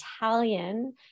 Italian